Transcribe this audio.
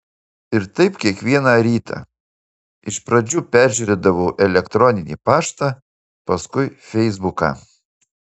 ir taip kiekvieną rytą iš pradžių peržiūrėdavau elektroninį paštą paskui feisbuką